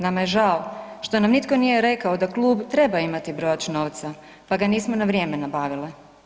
Nama je žao što nam nitko nije rekao da klub treba imati brojač novca pa ga nismo na vrijeme nabavile.